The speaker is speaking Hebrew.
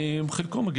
חלקו.